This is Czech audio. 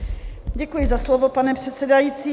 Děkuji za slovo, pane předsedající.